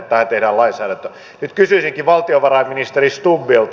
nyt kysyisinkin valtiovarainministeri stubbilta